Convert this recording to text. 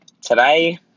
Today